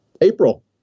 April